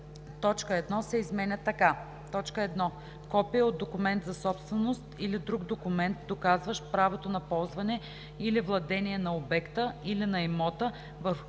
точка 1 се изменя така: „1. копие от документ за собственост или друг документ, доказващ правото на ползване или владение на обекта, или на имота, върху който